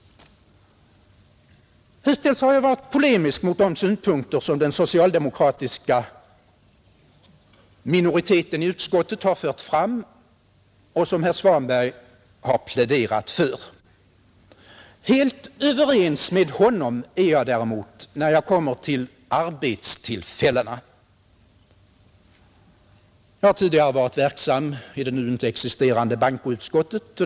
Hittills har jag varit polemisk mot de synpunkter som den socialdemokratiska minoriteten i utskottet har fört fram och som herr Svanberg har pläderat för. Helt överens med honom är jag däremot när jag kommer till arbetstillfällena. Jag har tidigare varit verksam i det nu inte existerande bankoutskottet.